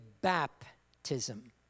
baptism